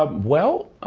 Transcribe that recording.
ah well,